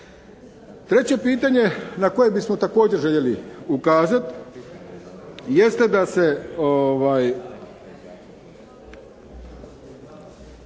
Treće pitanje na koje bismo također željeli ukazati jeste da se